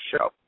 show